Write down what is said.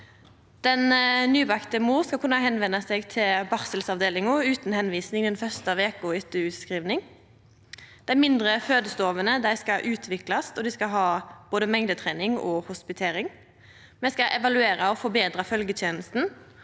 Den nybakte mora skal kunna venda seg til barselavdelinga utan tilvising den første veka etter utskriving. Dei mindre fødestovene skal utviklast, og dei skal ha både mengdetrening og hospitering. Me skal evaluera og forbetra følgjetenesta,